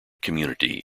community